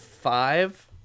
five